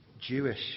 Jewish